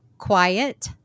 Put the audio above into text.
quiet